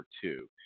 two